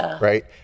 Right